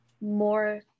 more